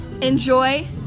Enjoy